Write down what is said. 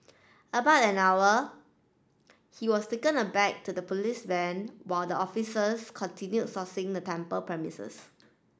about an hour he was taken aback to the police van while the officers continued sourcing the temple premises